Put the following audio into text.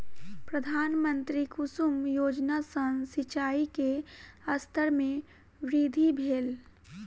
प्रधानमंत्री कुसुम योजना सॅ सिचाई के स्तर में वृद्धि भेल